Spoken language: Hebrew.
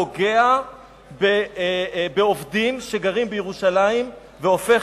פוגע בעובדים שגרים בירושלים והופך